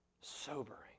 Sobering